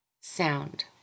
Sound